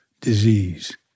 disease